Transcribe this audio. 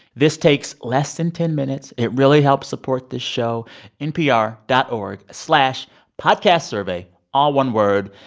this takes less than ten minutes. it really helps support this show npr dot org slash podcastsurvey all one word.